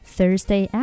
Thursday